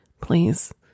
Please